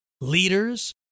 leaders